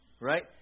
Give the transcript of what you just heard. right